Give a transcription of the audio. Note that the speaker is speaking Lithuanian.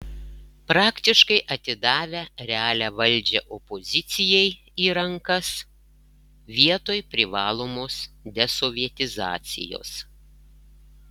praktiškai atidavę realią valdžią opozicijai į rankas vietoj privalomos desovietizacijos